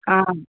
অঁ